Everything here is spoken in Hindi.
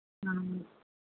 हाँ